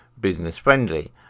business-friendly